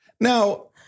Now